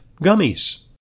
gummies